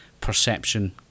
perception